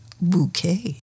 Bouquet